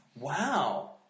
wow